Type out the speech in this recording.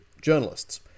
journalists